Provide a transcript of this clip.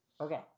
Okay